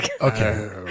okay